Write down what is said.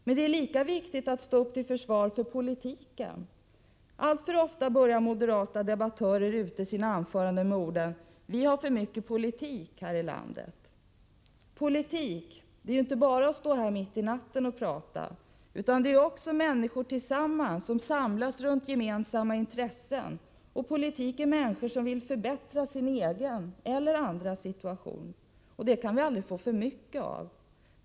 Men det är lika viktigt att stå upp till försvar för politiken. Alltför ofta börjar moderata debattörer ute sina anföranden med orden: Vi har för mycket politik här i landet. Politik är inte bara att stå här och prata mitt i natten — politik är också människor som samlas runt gemensamma intressen. Politik är människor som vill förbättra sina egna eller andras situation. Det kan vi aldrig få för mycket av.